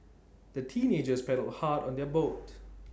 the teenagers paddled hard on their boat